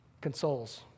Consoles